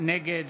נגד